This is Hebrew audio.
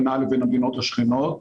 בינה לבין המדינות השכנות,